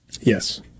Yes